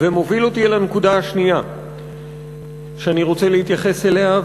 ומוביל אותי אל הנקודה השנייה שאני רוצה להתייחס אליה,